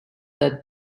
that